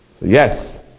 yes